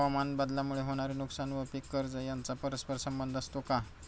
हवामानबदलामुळे होणारे नुकसान व पीक कर्ज यांचा परस्पर संबंध असतो का?